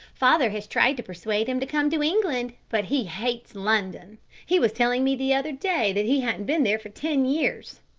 father has tried to persuade him to come to england, but he hates london he was telling me the other day that he hadn't been there for ten years.